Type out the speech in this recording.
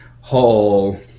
whole